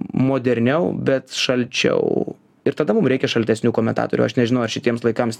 moderniau bet šalčiau ir tada mum reikia šaltesnių komentatorių aš nežinau ar šitiems laikams